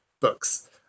books